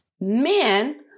men